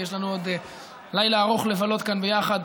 יש לנו עוד לילה ארוך לבלות כאן ביחד.